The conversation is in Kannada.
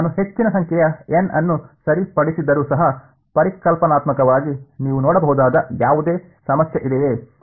ನಾನು ಹೆಚ್ಚಿನ ಸಂಖ್ಯೆಯ N ಅನ್ನು ಸರಿಪಡಿಸಿದರೂ ಸಹ ಪರಿಕಲ್ಪನಾತ್ಮಕವಾಗಿ ನೀವು ನೋಡಬಹುದಾದ ಯಾವುದೇ ಸಮಸ್ಯೆ ಇದೆಯೇ